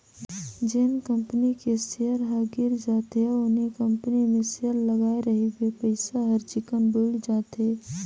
जेन कंपनी के सेयर ह गिर जाथे अउ उहीं कंपनी मे सेयर लगाय रहिबे पइसा हर चिक्कन बुइड़ जाथे